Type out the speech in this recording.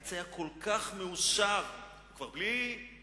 העץ היה כל כך מאושר" הוא כבר בלי תפוחים